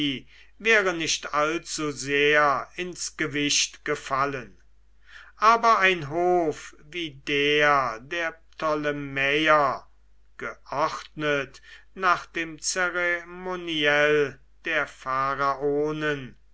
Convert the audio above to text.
wäre nicht allzu sehr ins gewicht gefallen aber ein hof wie der der ptolemäer geordnet nach dem zeremoniell der